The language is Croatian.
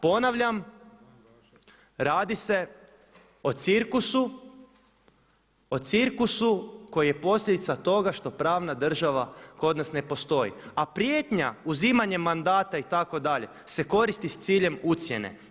Ponavljam, radi se o cirkusu, o cirkusu koji je posljedica toga što pravna država kod nas ne postoji, a prijetnja uzimanjem mandata itd. se koristi s ciljem ucjene.